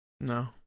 No